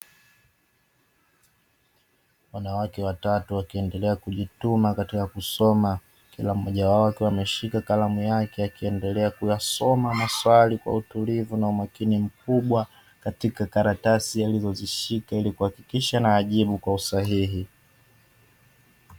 Wanawake watatu wakiendelea kujituma katika kusoma, kila mmoja wao akiwa ameshika kalamu yake akiendelea kuyasoma maswali kwa utulivu na umakini mkubwa; katika karatasi alizozishika ili kuhakikisha anayajibu kwa usahihi.